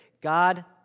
God